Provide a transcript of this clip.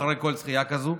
אחרי כל זכייה כזאת,